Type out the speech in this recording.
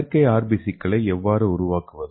செயற்கை RBC களை எவ்வாறு உருவாக்குவது